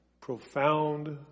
profound